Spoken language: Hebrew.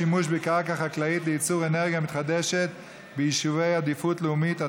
שימוש בקרקע חקלאית לייצור אנרגיה מתחדש ביישובי עדיפות לאומית),